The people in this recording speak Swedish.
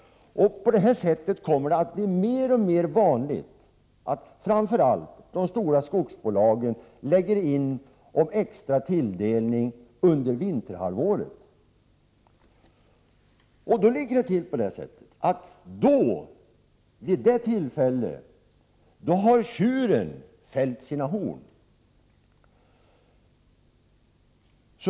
Det kommer därigenom att bli mer och mer vanligt att framför allt de stora skogsbolagen lägger in om extra tilldelning under vinterhalvåret. Vid den tiden har tjuren fällt sina horn.